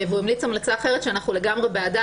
הוא המליץ המלצה אחרת שאנחנו לגמרי בעדה,